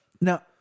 Now